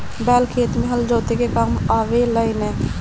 बैल खेत में हल जोते के काम आवे लनअ